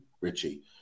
Richie